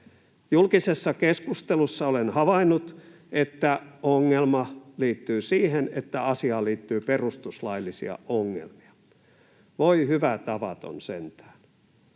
Julkisessa keskustelussa olen havainnut, että ongelma liittyy siihen, että asiaan liittyy perustuslaillisia ongelmia. Voi hyvä tavaton sentään.